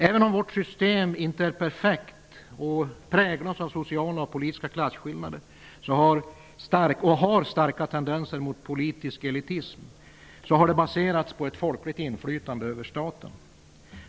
Även om vårt system inte är perfekt och präglas av sociala och politiska klasskillnader och har starka tendenser mot politisk elitism har det baserats på ett folkligt inflytande över staten.